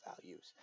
values